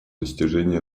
достижении